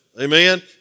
Amen